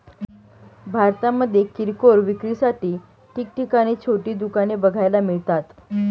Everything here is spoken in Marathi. भारतामध्ये किरकोळ विक्रीसाठी ठिकठिकाणी छोटी दुकाने बघायला मिळतात